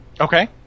Okay